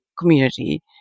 community